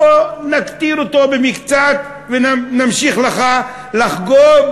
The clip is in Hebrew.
בוא נקטין אותו קצת ונמשיך לחגוג,